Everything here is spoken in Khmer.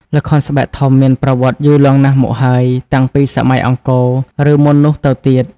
ល្ខោនស្បែកធំមានប្រវត្តិយូរលង់ណាស់មកហើយ តាំងពីសម័យអង្គរ ឬមុននោះទៅទៀត ។